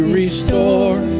restore